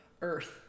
Earth